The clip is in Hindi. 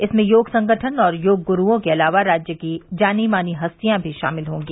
इसमें योग संगठन और योग ग्रूओं के अलावा राज्य की जानी मानी हस्तियां भी शामिल होंगी